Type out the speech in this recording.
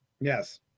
Yes